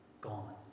gone